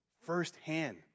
firsthand